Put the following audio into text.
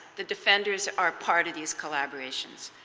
the defenders are part of these collaborations.